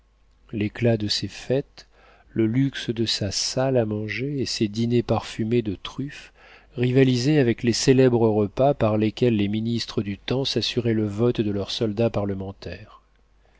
l'éclat de ses fêtes le luxe de sa salle à manger et ses dîners parfumés de truffes rivalisaient avec les célèbres repas par lesquels les ministres du temps s'assuraient le vote de leurs soldats parlementaires